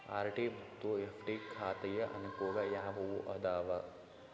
RD ಮತ್ತು FD ಖಾತೆಯ ಅನುಕೂಲ ಯಾವುವು ಅದಾವ?